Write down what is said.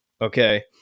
Okay